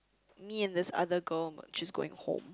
me and this other girl she's going home